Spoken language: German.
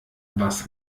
was